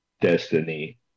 Destiny